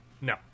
No